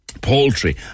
poultry